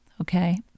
Okay